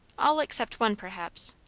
all except one, perhaps.